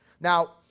Now